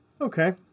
Okay